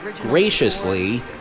graciously